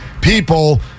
people